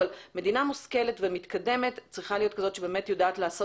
אבל מדינה מושכלת ומתקדמת צריכה להיות כזאת שבאמת יודעת לעשות